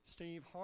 Steve